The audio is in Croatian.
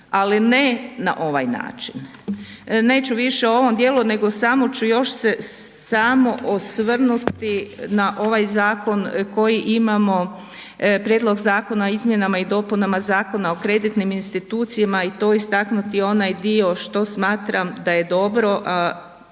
ali ne na ovaj način. Neću više o ovom djelu, nego samo ću još se samo osvrnuti na ovaj zakon koji imamo Prijedlog Zakona o izmjenama i dopunama Zakona o kreditnim institucijama i to istaknuti onaj dio što smatram da je dobro,